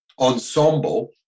ensemble